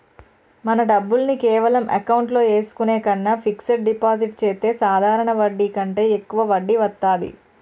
మన డబ్బుల్ని కేవలం అకౌంట్లో ఏసుకునే కన్నా ఫిక్సడ్ డిపాజిట్ చెత్తే సాధారణ వడ్డీ కంటే యెక్కువ వడ్డీ వత్తాది